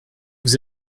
vous